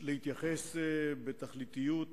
להתייחס בתכליתיות